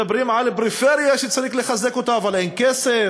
מדברים על פריפריה, שצריך לחזק אותה, אבל אין כסף.